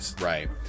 Right